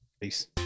peace